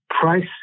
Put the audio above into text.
price